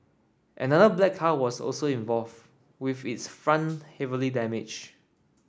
another black car was also involved with its front heavily damaged